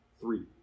three